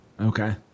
Okay